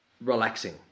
relaxing